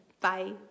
Bye